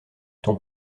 ton